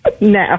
No